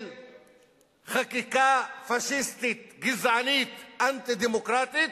של חקיקה פאשיסטית גזענית אנטי-דמוקרטית,